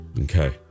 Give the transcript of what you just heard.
Okay